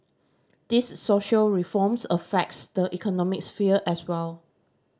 these social reforms affects the economic sphere as well